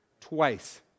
Twice